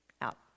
out